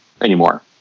anymore